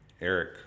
Eric